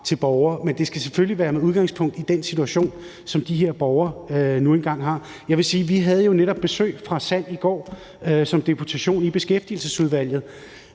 til borgere, men det skal selvfølgelig være med udgangspunkt i den situation, som de her borgere nu engang har. Jeg vil jo sige, at vi netop i går havde besøg fra SAND som deputation i Beskæftigelsesudvalget,